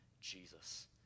Jesus